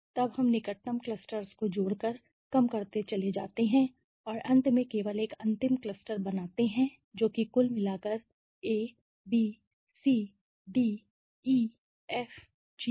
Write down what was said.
इसी तरह तब हम निकटतम क्लस्टर्स को जोड़कर कम करते चले जाते हैं और अंत में केवल एक अंतिम क्लस्टर बनाते हैं जो कि कुल मिलाकर A B C D E F G है